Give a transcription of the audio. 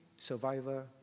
survivor